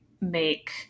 make